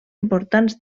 importants